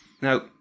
Now